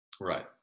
right